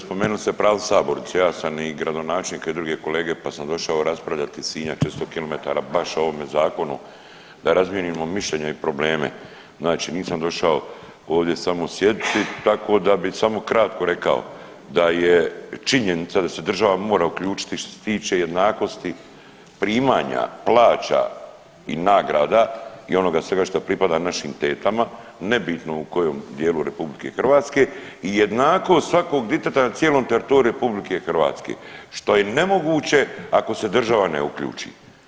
spomenuli ste prazne sabornice, ja sam i gradonačelnik kao i druge kolege, pa sam došao raspravljati iz Sinja 400 km baš o ovome zakonu da razmijenimo mišljenja i probleme, znači nisam došao ovdje samo sjediti, tako da bi samo kratko rekao da je činjenica da se država mora uključiti što se tiče jednakosti primanja plaća i nagrada i onoga svega što pripada našim tetama nebitno u kojem dijelu RH i jednakost svakog diteta na cijelom teritoriju RH, što je nemoguće ako se država ne uključi.